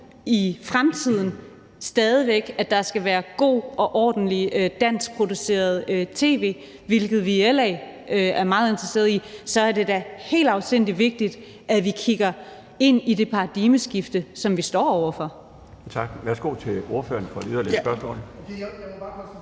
i fremtiden, at der stadig væk skal være godt og ordentligt danskproduceret tv, hvilket vi i LA er meget interesserede i, så er det da helt afsindig vigtigt, at vi kigger ind i det paradigmeskifte, som vi står over for.